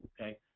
Okay